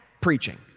preaching